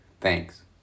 Thanks